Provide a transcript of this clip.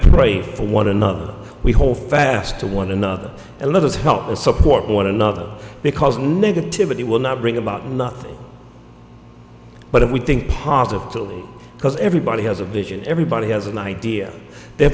pray for one another we hold fast to one another and let us help and support one another because negativity will not bring about nothing but if we think positively because everybody has a vision everybody has an idea they